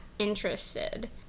interested